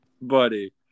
buddy